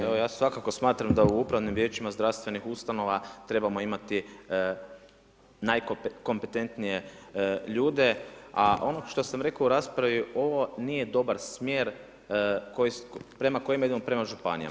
Pa evo ja svakako smatram da u upravim vijećima zdravstvenih ustanova trebamo imati najkompetentnije ljude a ono što sam rekao u raspravi ovo nije dobar smjer prema kojem idemo prema županijama.